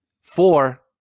Four